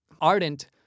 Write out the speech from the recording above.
ardent